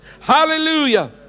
Hallelujah